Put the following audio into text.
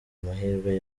mahirwe